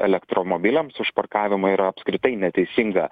elektromobiliams už parkavimą yra apskritai neteisinga